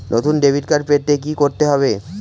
নতুন debit card পেতে কী করতে হবে?